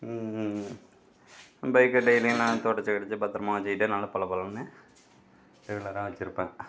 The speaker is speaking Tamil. பைக்கை டெய்லி நான் துடைச்சி கிடைச்சி பத்திரமா வச்சுக்கிட்டேன் நல்ல பளபளன்னு ரெகுலராக வச்சுருப்பேன்